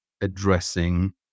addressing